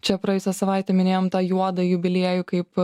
čia praėjusią savaitę minėjom tą juodą jubiliejų kaip